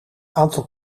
aantal